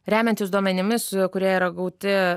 remiantis duomenimis kurie yra gauti